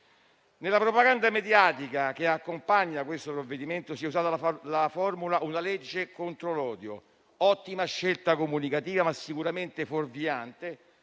Nella propaganda mediatica che accompagna il provvedimento si è usata la formula: "una legge contro l'odio". Ottima scelta comunicativa, ma sicuramente fuorviante,